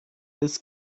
this